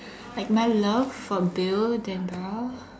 like my love for Bill-Denbrough